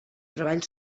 treball